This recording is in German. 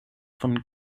von